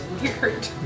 weird